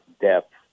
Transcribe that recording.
depth